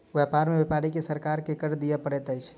व्यापार में व्यापारी के सरकार के कर दिअ पड़ैत अछि